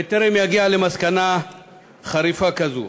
בטרם יגיע למסקנה חריפה כזאת.